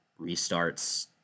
restarts